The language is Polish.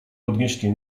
podnieśli